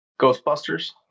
Ghostbusters